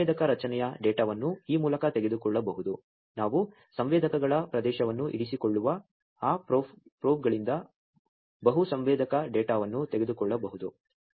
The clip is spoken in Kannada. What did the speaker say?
ಮತ್ತು ಸಂವೇದಕ ರಚನೆಯ ಡೇಟಾವನ್ನು ಈ ಮೂಲಕ ತೆಗೆದುಕೊಳ್ಳಬಹುದು ನಾವು ಸಂವೇದಕಗಳ ಪ್ರದೇಶವನ್ನು ಇರಿಸಿಕೊಳ್ಳುವ ಆ ಪ್ರೋಬ್ಗಳಿಂದ ಬಹು ಸಂವೇದಕ ಡೇಟಾವನ್ನು ತೆಗೆದುಕೊಳ್ಳಬಹುದು